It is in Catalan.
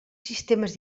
sistemes